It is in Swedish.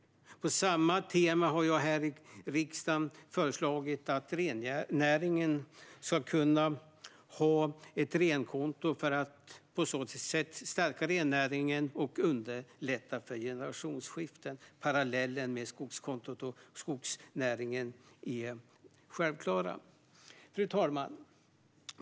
På samma tema har jag här i riksdagen föreslagit att rennäringen ska kunna ha ett renkonto. På så sätt kan man stärka rennäringen och underlätta för generationsskiften. Parallellen med skogskontot och skogsnäringen är självklar. Fru talman!